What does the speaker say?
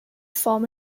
form